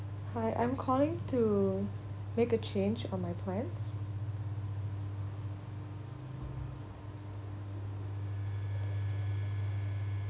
hi I'm calling to make a change of my plans